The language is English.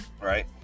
Right